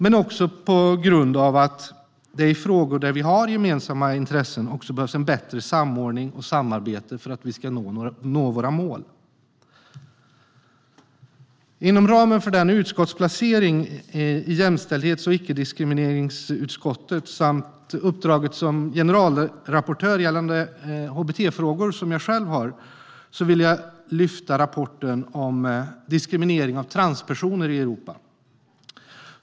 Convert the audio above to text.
Det sker också på grund av att det i frågor där vi har gemensamma intressen behövs bättre samordning och samarbete för att vi ska nå våra mål. Eftersom jag sitter i Europarådets utskott för jämställdhet och icke-diskriminering samt har uppdraget som generalrapportör gällande hbt-frågor vill jag också lyfta fram rapporten om diskriminering av transpersoner i Europa.